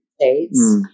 States